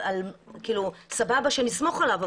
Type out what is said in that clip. כאילו סבבה שנסמוך עליו,